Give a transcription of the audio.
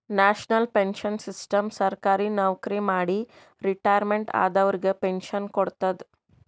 national pension system ಸರ್ಕಾರಿ ನವಕ್ರಿ ಮಾಡಿ ರಿಟೈರ್ಮೆಂಟ್ ಆದವರಿಗ್ ಪೆನ್ಶನ್ ಕೊಡ್ತದ್